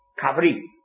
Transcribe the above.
covering